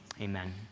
Amen